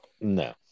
No